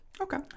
Okay